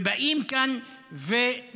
ובאים כאן ומפקיעים,